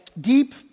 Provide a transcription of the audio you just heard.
deep